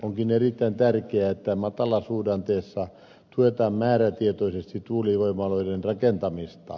onkin erittäin tärkeää että matalasuhdanteessa tuetaan määrätietoisesti tuulivoimaloiden rakentamista